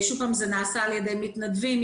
נעשה על ידי מתנדבים,